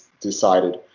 decided